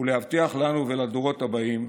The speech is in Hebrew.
ולהבטיח לנו ולדורות הבאים